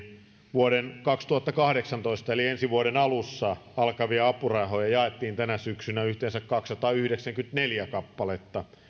vuoden kaksituhattakahdeksantoista eli ensi vuoden alussa alkavia apurahoja jaettiin tänä syksynä yhteensä kaksisataayhdeksänkymmentäneljä kappaletta